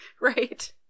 Right